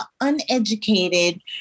uneducated